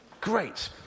Great